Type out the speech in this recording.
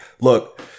look